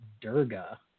Durga